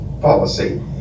policy